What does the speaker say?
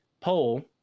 poll